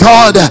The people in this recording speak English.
God